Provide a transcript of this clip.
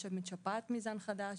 יש שם שפעת מזן חדש,